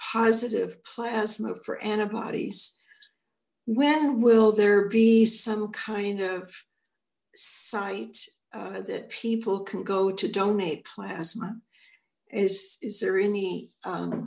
positive plasma for antibodies when will there be some kind of site that people can go to donate plasma is there any